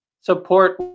support